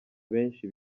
benshi